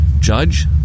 Judge